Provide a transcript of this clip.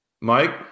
Mike